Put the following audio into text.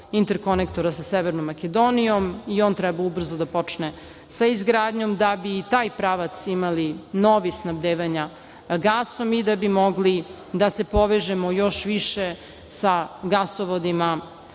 interkonektora sa Severnom Makedonijom. On treba ubrzo da počne sa izgradnjom da bi i taj pravac imali, novi, snabdevanja gasom i da bi mogli da se povežemo još više sa gasovodima